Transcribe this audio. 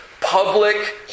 public